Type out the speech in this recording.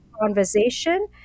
conversation